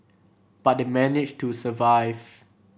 but they managed to survive